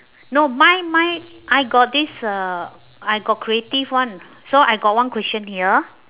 no mine mine I got this uh I got creative one so I got one question here